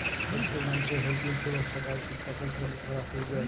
প্যত্তেক মালুষের health insurance থ্যাকা উচিত, কখল শরীর খারাপ হয়ে যায়